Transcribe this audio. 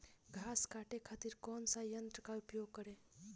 घास काटे खातिर कौन सा यंत्र का उपयोग करें?